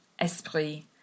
esprit